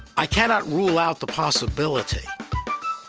i cannot rule out the possibility